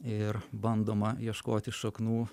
ir bandoma ieškoti šaknų